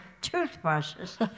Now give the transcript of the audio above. toothbrushes